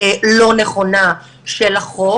לא נכונה של החוק.